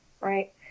right